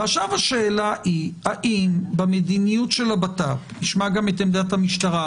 עכשיו השאלה היא האם במדיניות של הבט"פ נשמע גם את עמדת המשטרה,